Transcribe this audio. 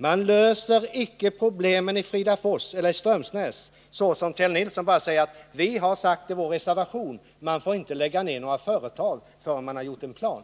Man löser icke problemen i Fridafors eller i Strömsnäs och man räddar inga jobb genom att, som Kjell Nilsson gör, bara hänvisa till vad som sägs i socialdemokraternas reservation nr 1, nämligen att man inte får lägga ned några företag förrän man gjort upp en plan.